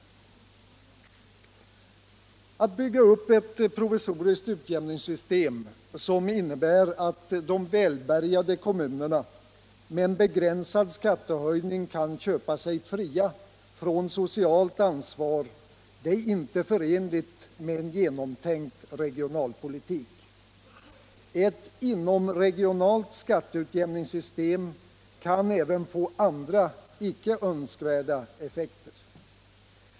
Alt bygga upp ett provisoriskt utjämningssystem, som innebär att de välbärgade kommunerna med en begränsad skattehöjning kan köpa sig fria från socialt ansvar, är inte förenligt med en genomtänkt regionalpolitik. Ett inomregionalt skatteutjämningssystem kan även få andra icke önskvärda effekter.